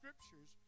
scriptures